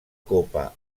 copa